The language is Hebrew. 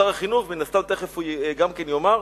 שר החינוך מן הסתם תיכף גם כן יאמר,